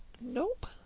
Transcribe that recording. Nope